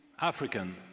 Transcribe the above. African